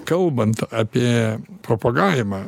kalbant apie propagavimą